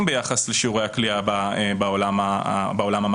ביחס לשיעורי הכליאה בעולם המערבי,